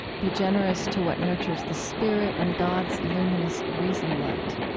be generous to what nurtures the spirit and god's luminous reason-light.